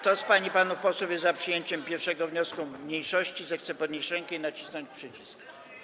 Kto z pań i panów posłów jest za przyjęciem 1. wniosku mniejszości, zechce podnieść rękę i nacisnąć przycisk.